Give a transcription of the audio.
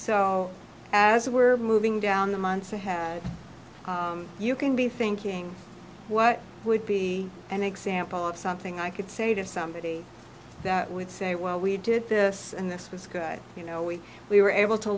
so as we're moving down the months i have you can be thinking what would be an example of something i could say to somebody that would say well we did this and this was good you know we we were able to